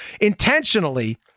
intentionally